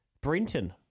Brenton